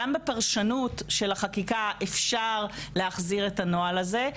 גם בפרשנות של החקיקה אפשר להחזיר את הנוהל הזה.